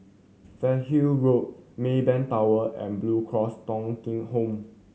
Fernhill Road Maybank Tower and Blue Cross Thong Kheng Home